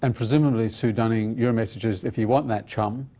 and presumably, sue dunning, your message is, if you want that, chum,